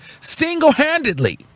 single-handedly